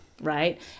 Right